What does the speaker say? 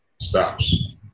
stops